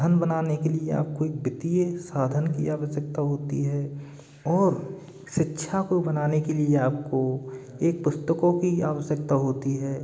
धन बनाने के लिए आपको एक वित्तीय साधन की आवश्यकता होती है और शिक्षा को बनाने के लिए आपको एक पुस्तकों की आवश्यकता होती है